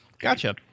Gotcha